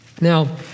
Now